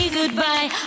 goodbye